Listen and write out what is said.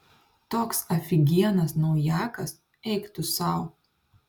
toks afigienas naujakas eik tu sau